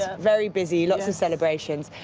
very busy, lots of celebrations.